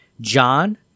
John